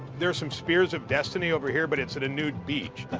there's some spears of destiny over here, but it's at a nude beach.